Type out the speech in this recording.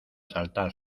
saltar